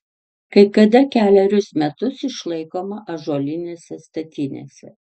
kai kada kelerius metus išlaikoma ąžuolinėse statinėse